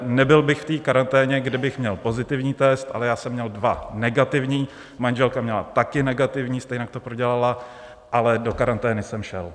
Nebyl bych v té karanténě, kdybych měl pozitivní test, ale já jsem měl dva negativní, manželka měla také negativní, stejně to prodělala, ale do karantény jsem šel.